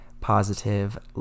positive